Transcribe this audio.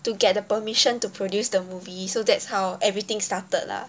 to get the permission to produce the movie so that's how everything started lah